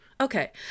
Okay